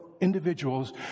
individuals